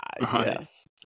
Yes